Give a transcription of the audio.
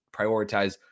prioritize